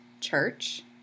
church